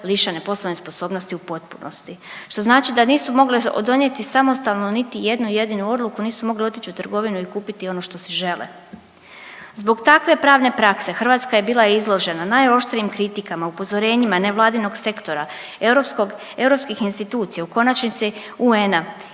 lišene poslovne sposobnosti u potpunosti što znači da nisu mogle donijeti samostalno niti jednu jedinu odluku, nisu mogle otići u trgovinu i kupiti ono što si žele. Zbog takve pravne prakse Hrvatska je bila izložena najoštrijim kritikama upozorenjima nevladinog sektora, europskih institucija u konačnici UN-a